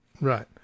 Right